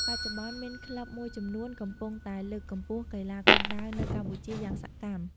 បច្ចុប្បន្ន មាន ក្លឹបមួយចំនួន កំពុងតែ លើកកម្ពស់កីឡាគុនដាវ នៅ កម្ពុជា យ៉ាងសកម្ម។